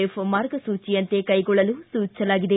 F ಮಾರ್ಗಸೂಚಿಯಂತೆ ಕೈಗೊಳ್ಳಲು ಸೂಚಿಸಲಾಗಿದೆ